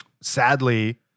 sadly